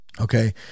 okay